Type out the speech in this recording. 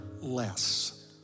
less